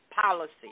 policy